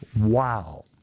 Wow